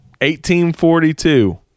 1842